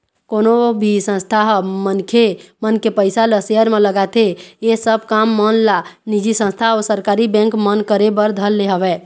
कोनो भी संस्था ह मनखे मन के पइसा ल सेयर म लगाथे ऐ सब काम मन ला निजी संस्था अऊ सरकारी बेंक मन करे बर धर ले हवय